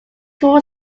tool